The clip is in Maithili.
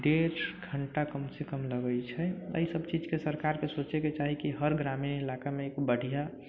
डेढ़ घण्टा कमसँ कम लगै छै एहि सभ चीजके सरकारके सोचैके चाही कि हर ग्रामीण इलाकामे एक बढ़िऑं